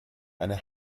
eine